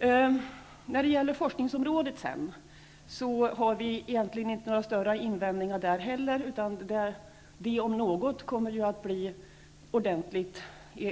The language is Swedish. När det sedan gäller forskningsområdet har vi inte heller några större invändningar egentligen. Det om något kommer ju att bli ordentligt